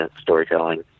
storytelling